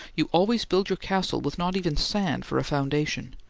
you always build your castle with not even sand for a foundation.